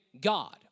God